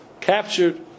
captured